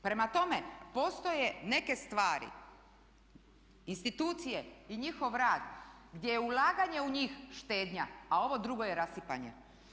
Prema tome, postoje neke stvari, institucije i njihov rad gdje je ulaganje u njih štednja a ovo drugo je rasipanje.